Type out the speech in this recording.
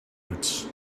boots